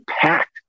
packed